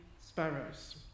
sparrows